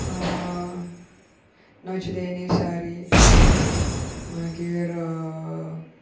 नच देनी सारी मागीर